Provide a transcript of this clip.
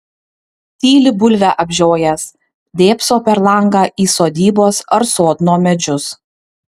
tyli bulvę apžiojęs dėbso per langą į sodybos ar sodno medžius